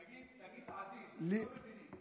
תגיד אל-עזיז, הם לא מבינים.